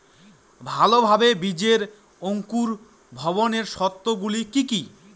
ভালোভাবে বীজের অঙ্কুর ভবনের শর্ত গুলি কি কি?